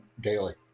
daily